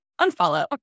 Unfollow